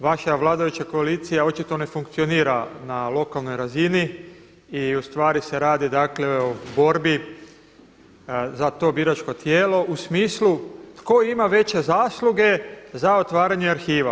Vaša vladajuća koalicija očito ne funkcionira na lokalnoj razini i ustvari se radi o borbi za to biračko tijelo u smislu, tko ima veće zasluge za otvaranje arhiva.